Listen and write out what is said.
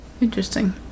Interesting